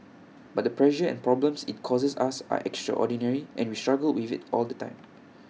but the pressure and problems IT causes us are extraordinary and we struggle with IT all the time